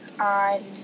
on